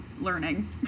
learning